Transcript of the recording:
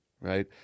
right